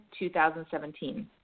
2017